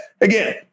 again